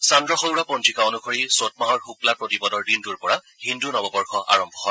চান্দ্ৰ সৌৰ পঞ্জিকা অনুসৰি চত মাহৰ শুক্লা প্ৰতিপদৰ দিনটোৰ পৰা হিন্দু নৱ বৰ্ষ আৰম্ভ হয়